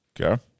Okay